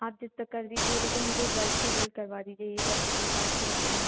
आप जब तक कर दीजिए लेकिन मुझे जल्द से जल्द करवा दीजिए ये कम से कम पाँच छः दिनों में